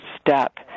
step